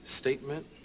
statement